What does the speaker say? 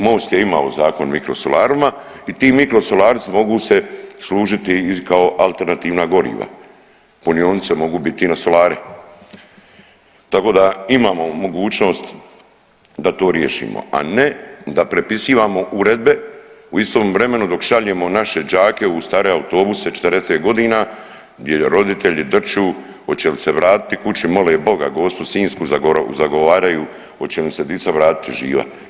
Most je imao Zakon o mikrosolarima i ti mikrosolari mogu se služiti kao alternativna goriva, punionice mogu biti i na solare, tako da imamo mogućnost da to riješimo, a ne da prepisivamo uredbe u istom vremenu dok šaljemo naše đake u stare autobuse 40.g. gdje roditelji drću oće li se vratiti kući, mole Boga, Gospu Sinjsku zagovaraju oće im se dica vratiti živa.